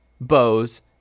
bows